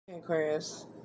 Aquarius